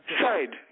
side